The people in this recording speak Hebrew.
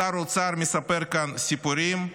שר האוצר מספר כאן סיפורים,